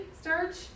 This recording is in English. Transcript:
starch